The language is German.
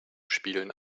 spielen